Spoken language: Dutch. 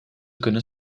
kunnen